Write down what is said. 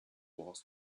wars